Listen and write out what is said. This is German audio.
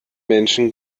menschen